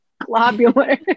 globular